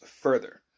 further